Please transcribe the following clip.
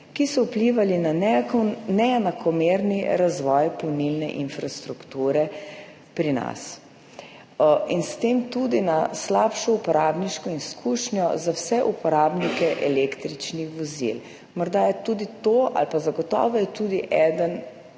ki so vplivali na neenakomerni razvoj polnilne infrastrukture pri nas in s tem tudi na slabšo uporabniško izkušnjo za vse uporabnike električnih vozil. Morda je tudi to ali pa zagotovo je tudi to eden